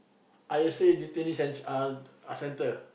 I_S_A detainee censh~ uh center